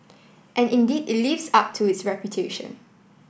and indeed it lives up to its reputation